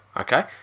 Okay